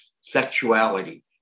sexuality